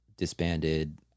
disbanded